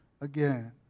again